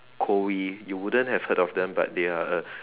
kowei you wouldn't have heard of them but they are a